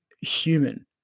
human